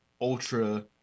ultra